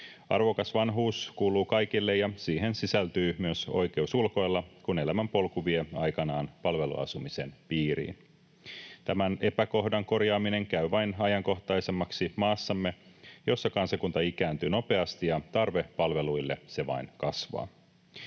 Arvokas vanhuus kuuluu kaikille, ja siihen sisältyy myös oikeus ulkoilla, kun elämänpolku vie aikanaan palveluasumisen piiriin. Tämän epäkohdan korjaaminen käy vain ajankohtaisemmaksi maassamme, jossa kansakunta ikääntyy nopeasti ja tarve palveluille vain kasvaa.